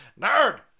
Nerd